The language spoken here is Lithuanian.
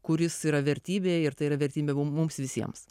kuris yra vertybė ir tai yra vertybė mums visiems